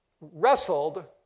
wrestled